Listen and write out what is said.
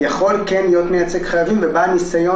יכול להיות מייצג חייבים ובעל ניסיון